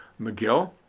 McGill